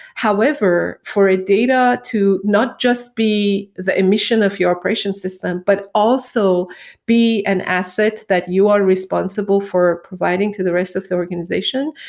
however, for a data to not just be the emission of your operation system, but also be an asset that you are responsible for providing to the rest of the organization,